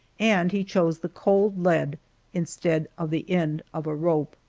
and he chose the cold lead instead of the end of a rope.